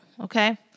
Okay